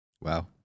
Wow